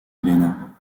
helena